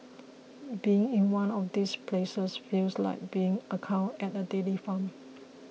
being in one of these places feels like being a cow at a dairy farm